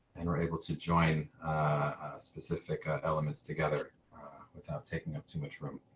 and we're able to join specific ah elements together without taking up too much room.